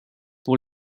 pour